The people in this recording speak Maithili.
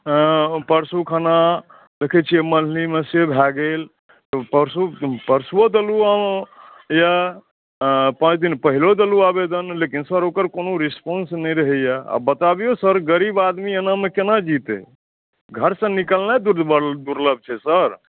परसू खिना देख़ैत छियै मन्दिरमे से भए गेल परसू परसूओ देलहुँ यए पाँच दिन पहिलेहो देलहुँ आवेदन लेकिन सर ओकर कोनो रिस्पॉन्स नहि रहैए आब बताबियौ सर गरीब आदमी एनामे केना जीतै घरसँ निकलनाइ दुर्लभ छै सर